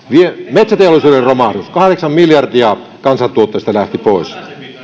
metsäteollisuuden romahdus kahdeksan miljardia kansantuotteesta lähti pois